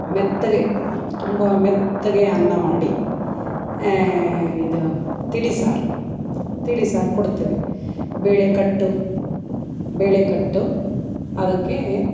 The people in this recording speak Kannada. ಮೆತ್ತಗೆ ತುಂಬ ಮೆತ್ತಗೆ ಅನ್ನ ಮಾಡಿ ಇದು ತಿಳಿ ಸಾರು ತಿಳಿ ಸಾರು ಕೊಡ್ತೇವೆ ಬೇಳೆ ಕಟ್ಟು ಬೇಳೆ ಕಟ್ಟು ಅದಕ್ಕೆ